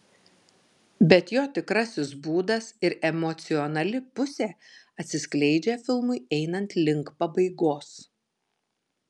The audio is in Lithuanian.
bet jo tikrasis būdas ir emocionali pusė atsiskleidžia filmui einant link pabaigos